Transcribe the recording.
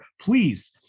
please